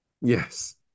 Yes